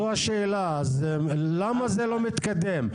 למה זה לא מתקדם?